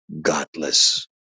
godless